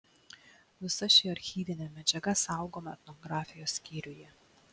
visa ši archyvinė medžiaga saugoma etnografijos skyriuje